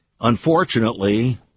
Unfortunately